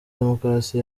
demokarasi